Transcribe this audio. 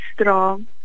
strong